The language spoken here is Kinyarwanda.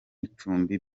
icumbi